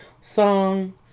song